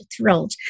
thrilled